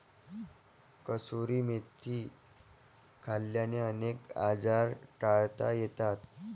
कसुरी मेथी खाल्ल्याने अनेक आजार टाळता येतात